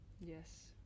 Yes